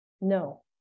No